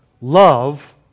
Love